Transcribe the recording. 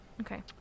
Okay